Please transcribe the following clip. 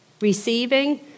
Receiving